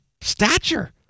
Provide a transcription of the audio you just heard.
stature